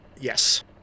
Yes